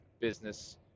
business